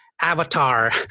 avatar